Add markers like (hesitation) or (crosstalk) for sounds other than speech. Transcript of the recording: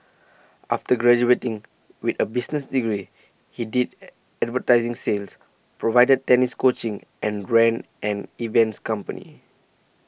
after graduating with a business degree he did (hesitation) advertising sins provided tennis coaching and ran an events company